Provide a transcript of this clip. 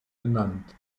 benannt